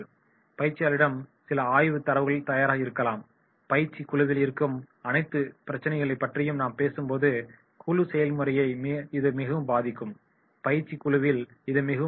பயிற்சியாளர்களிடம் சில ஆய்வு தரவுகள் தயாராக இருக்கலாம் பயிற்சி குழுவில் இருக்கும் அனைத்து பிரச்சினைகளை பற்றி நாம் பேசும்போது குழு செயல்முறையை இது மிகவும் பாதிக்கும் பயிற்சி குழுவில் இது மிகவும் முக்கியமானது